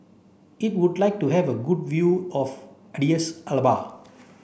it would like to have a good view of Addis Ababa